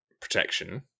protection